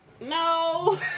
no